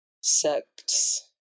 sect's